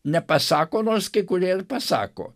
nepasako nors kai kurie ir pasako